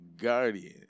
guardian